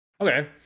okay